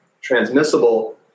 transmissible